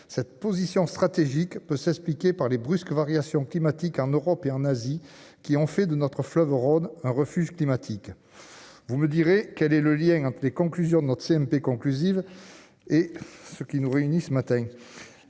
cette position stratégique peut s'expliquer par les brusques variations climatiques en Europe et en Asie, qui ont fait de notre fleuve Rhône un refuge climatique, vous me direz : quel est le lien entre les conclusions de notre CMP conclusive et ce qui nous réunit, ce matin,